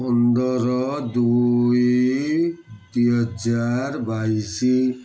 ପନ୍ଦର ଦୁଇ ଦୁଇ ହଜାର ବାଇଶି